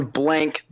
blank